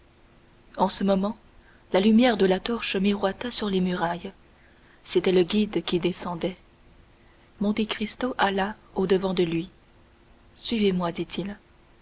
en ce moment la lumière de la torche miroita sur les murailles c'était le guide qui descendait monte cristo alla au-devant de lui suivez-moi dit-il